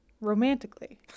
romantically